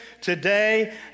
today